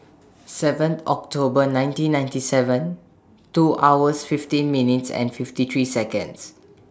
seven October nineteen ninety seven two hours fifteen minutes and fifty three Seconds